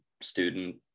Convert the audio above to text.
student